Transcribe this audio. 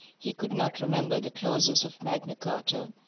he could not remember the clauses of magna charta,